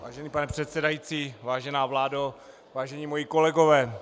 Vážený pane předsedající, vážená vládo, vážení moji kolegové.